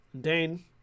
Dane